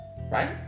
right